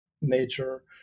nature